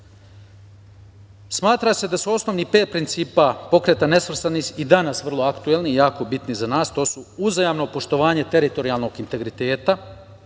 Smatra se da su osnovih pet principa Pokreta nesvrstanih i danas vrlo aktuelni i jako bitni za nas, to su: uzajamno poštovanje teritorijalnog integriteta